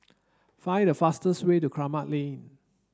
find the fastest way to Kramat Lane